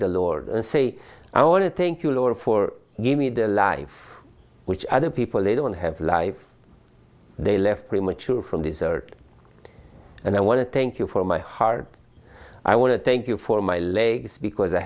the lord and say i want to thank you lord for give me the life which other people they don't have life they left premature from desert and i want to thank you for my heart i want to thank you for my legs because i